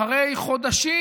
אחרי חודשים